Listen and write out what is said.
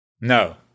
No